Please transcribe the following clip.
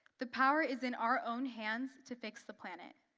the power is in our own hands to fix the planet.